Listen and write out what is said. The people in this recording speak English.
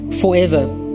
forever